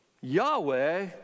Yahweh